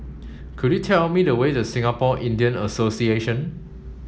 could you tell me the way to Singapore Indian Association